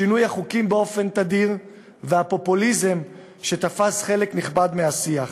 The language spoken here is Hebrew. שינוי החוקים באופן תדיר והפופוליזם שתפס חלק נכבד מהשיח.